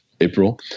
april